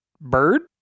Bird